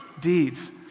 deeds